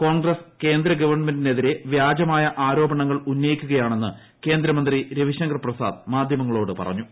കോൺഗ്രസ് കേന്ദ്ര ഗവൺമെന്റിനെതിരെ വ്യാജമായ ആരോപണങ്ങൾ ഉന്നയിക്കുകയാണെന്ന് കേന്ദ്രമന്ത്രി രവിശങ്കർ പ്രസാദ് മാധ്യമങ്ങളോട് പറഞ്ഞു